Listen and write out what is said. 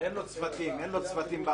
לו צוותים באוויר.